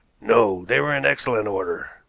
no. they were in excellent order.